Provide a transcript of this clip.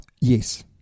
Yes